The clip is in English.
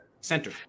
Center